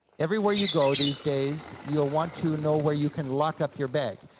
everywhere you go these days, you'll want to know where you can lock up your bag.